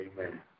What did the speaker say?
Amen